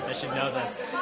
should know this.